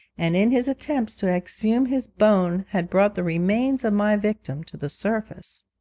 and in his attempts to exhume his bone had brought the remains of my victim to the surface!